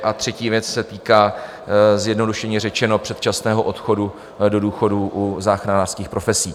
A třetí věc se týká zjednodušeně řečeno předčasného odchodu do důchodu u záchranářských profesí.